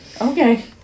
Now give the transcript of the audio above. Okay